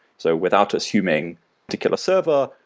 so without assuming to kill a server,